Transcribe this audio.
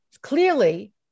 Clearly